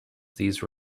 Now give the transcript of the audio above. these